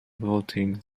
voting